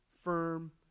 Firm